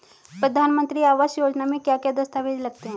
प्रधानमंत्री आवास योजना में क्या क्या दस्तावेज लगते हैं?